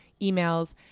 emails